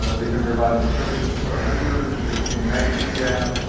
ah they've been providing the services to our members, getting the magazine down,